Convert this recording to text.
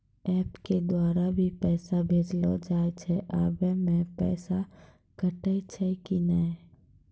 App के द्वारा भी पैसा भेजलो जाय छै आबै मे पैसा कटैय छै कि नैय?